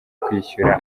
kwishyura